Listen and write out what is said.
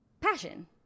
passion